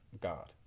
God